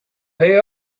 pay